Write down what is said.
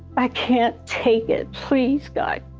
i can't take it, please, god.